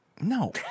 No